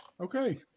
okay